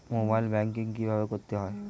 Mobile banking কীভাবে করতে হয়?